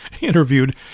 interviewed